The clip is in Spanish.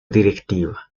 directiva